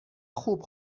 خوب